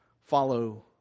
follow